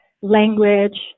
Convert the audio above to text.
language